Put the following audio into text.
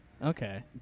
Okay